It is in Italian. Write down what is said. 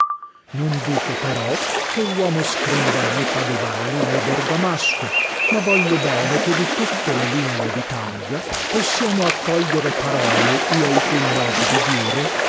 non dico però che uomo scriva né padovano né bergamasco ma voglio bene che di tutte le lingue ditalia possiamo accogliere parole e alcun modo di dire